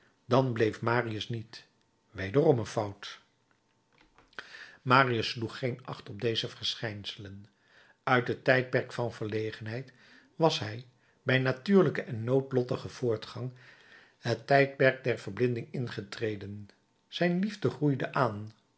bleef marius niet wederom een fout marius sloeg geen acht op deze verschijnselen uit het tijdperk van verlegenheid was hij bij natuurlijken en noodlottigen voortgang het tijdperk van verblinding ingetreden zijn liefde groeide aan